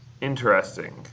Interesting